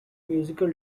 musical